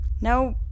No